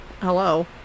Hello